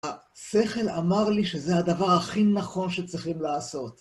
השכל אמר לי שזה הדבר הכי נכון שצריכים לעשות.